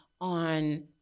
on